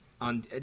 on